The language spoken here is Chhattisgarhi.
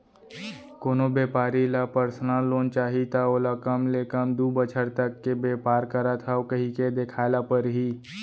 कोनो बेपारी ल परसनल लोन चाही त ओला कम ले कम दू बछर तक के बेपार करत हँव कहिके देखाए ल परही